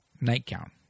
nightgown